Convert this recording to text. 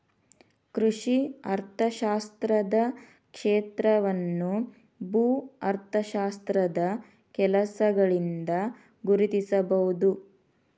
ಕೃಷಿ ಅರ್ಥಶಾಸ್ತ್ರದ ಕ್ಷೇತ್ರವನ್ನು ಭೂ ಅರ್ಥಶಾಸ್ತ್ರದ ಕೆಲಸಗಳಿಂದ ಗುರುತಿಸಬಹುದು